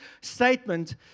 statement